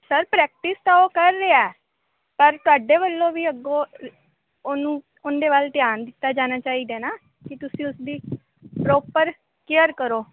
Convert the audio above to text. sir practice ਤਾਂ ਉਹ ਕਰ ਰਿਹਾ ਪਰ ਤੁਹਾਡੇ ਵੱਲੋਂ ਵੀ ਅੱਗੋਂ ਉਹਨੂੰ ਉਹਦੇ ਵੱਲ ਦਿੱਤਾ ਜਾਣਾ ਚਾਹੀਦਾ ਨਾ ਕਿ ਤੁਸੀਂ ਉਸ ਦੀ ਪ੍ਰੋਪਰ ਕੇਅਰ ਕਰੋ